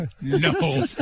no